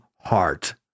heart